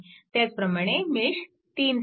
त्याचप्रमाणे मेश 3 साठी